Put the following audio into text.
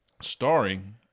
starring